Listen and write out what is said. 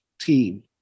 team